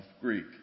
Greek